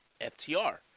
FTR